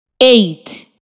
eight